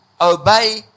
obey